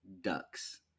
ducks